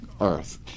earth